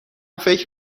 فکر